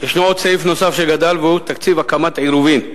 ישנו סעיף נוסף שגדל, והוא תקציב הקמת עירובים.